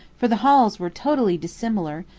for the halls were totally dissimilar,